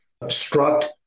obstruct